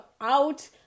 out